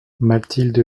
mathilde